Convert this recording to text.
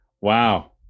Wow